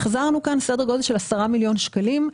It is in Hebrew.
החזרנו כאן סדר גודל של 10 מיליון שקלים.